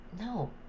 No